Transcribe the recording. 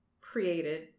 created